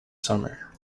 summer